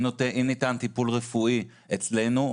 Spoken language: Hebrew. אם ניתן טיפול רפואי אצלנו,